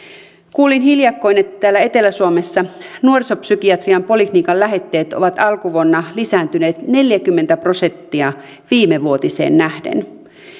kuulin hiljakkoin että täällä etelä suomessa nuorisopsykiatrian poliklinikan lähetteet ovat alkuvuonna lisääntyneet neljäkymmentä prosenttia viimevuotiseen nähden